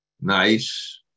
nice